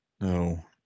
No